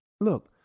Look